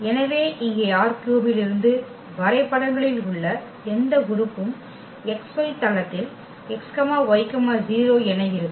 எனவே இங்கே ℝ3 இலிருந்து வரைபடங்களில் உள்ள எந்த உறுப்பும் xy தளத்தில் x y 0 என இருக்கும்